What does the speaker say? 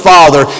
Father